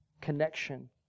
connection